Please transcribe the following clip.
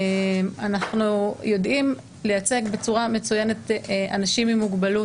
אנחנו יודעים לייצג בצורה מצוינת אנשים עם מוגבלות.